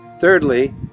thirdly